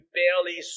barely